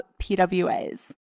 PWAs